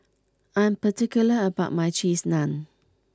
I'm particular about my Cheese Naan